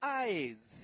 eyes